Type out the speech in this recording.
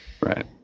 Right